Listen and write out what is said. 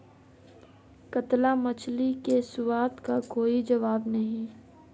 कतला मछली के स्वाद का कोई जवाब नहीं